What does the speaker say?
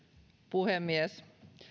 puhemies